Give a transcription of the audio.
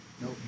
nope